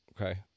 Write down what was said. Okay